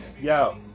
Yo